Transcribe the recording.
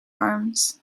arms